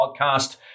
podcast